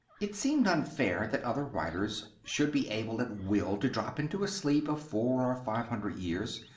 it seemed unfair that other writers should be able at will to drop into a sleep of four or five hundred years,